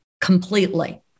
completely